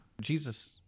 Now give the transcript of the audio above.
Jesus